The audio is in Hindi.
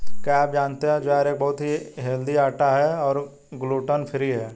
क्या आप जानते है ज्वार एक बहुत ही हेल्दी आटा है और ग्लूटन फ्री है?